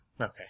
okay